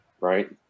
Right